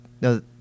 no